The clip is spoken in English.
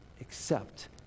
accept